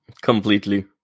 Completely